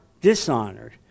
dishonored